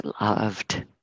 loved